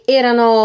erano